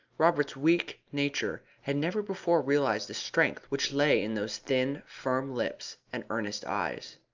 robert's weak nature had never before realised the strength which lay in those thin, firm lips and earnest eyes.